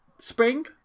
spring